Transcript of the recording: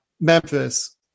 Memphis